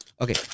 Okay